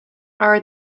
are